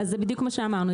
זה בדיוק מה שאמרנו.